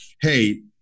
Hey